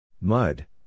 Mud